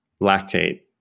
lactate